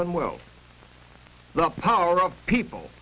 than well the power of people